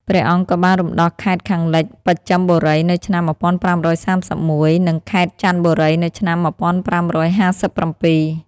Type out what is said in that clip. ព្រះអង្គក៏បានរំដោះខេត្តខាងលិចបស្ចិមបុរីនៅឆ្នាំ ១៥៣១ និងខេត្តចន្ទបុរីនៅឆ្នាំ ១៥៥៧។